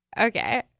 Okay